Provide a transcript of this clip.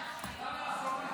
ההצעה להעביר